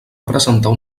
representar